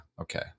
okay